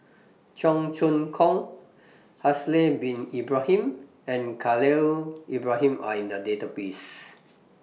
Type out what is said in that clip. Cheong Choong Kong Haslir Bin Ibrahim and Khalil Ibrahim Are in The Database